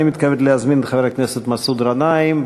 אני מתכבד להזמין את חבר הכנסת מסעוד גנאים,